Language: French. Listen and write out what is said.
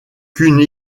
qu’une